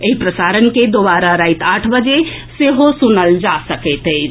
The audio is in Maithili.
एहि प्रसारण के दोबारा राति आठ बजे सेहो सुनल जा सकैत अछि